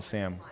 Sam